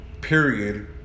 period